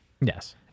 Yes